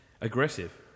aggressive